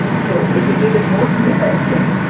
so it was even more embarrassing.